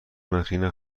نخی